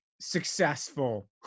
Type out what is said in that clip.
successful